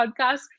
podcast